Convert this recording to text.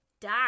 die